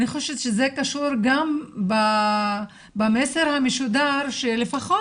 אני חושבת שזה קשור גם במסר המשודר שלפחות